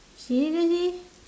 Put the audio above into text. seriously